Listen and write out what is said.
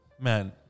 man